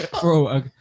bro